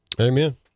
Amen